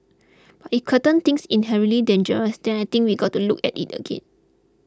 but it curtain things inherently dangerous then I think we got to look at it again